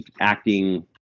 acting